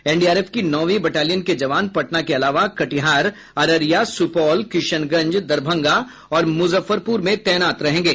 NDRF की नौंवी battalion के जवान पटना के अलावा कटिहार अररिया सुपौल किशनगंज दरभंगा और मुजफ्फरपुर में तैनात रहेंगे